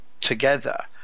together